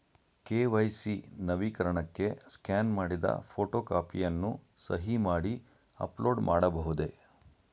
KYC ನವೀಕರಣಕ್ಕೆ scan ಮಾಡಿದ photo ಕಾಪಿಯನ್ನು ಸಹಿ ಮಾಡಿ ಅಪ್ಲೋಡ್ ಮಾಡಬಹುದೇ?